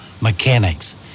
mechanics